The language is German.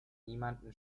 niemandem